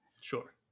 Sure